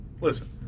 listen